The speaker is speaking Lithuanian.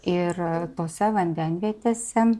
ir tose vandenvietėse